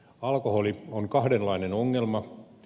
alkoholi on kahdenlainen ongelma